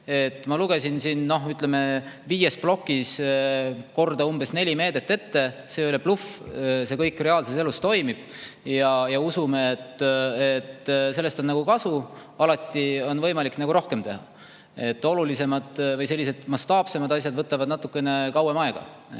Ma lugesin siin, ütleme, viies plokis korda umbes neli meedet ette. See ei ole bluff, see kõik reaalses elus toimib ja usume, et sellest on kasu. Alati on võimalik rohkem teha. Olulisemad või mastaapsemad asjad võtavad natukene kauem aega.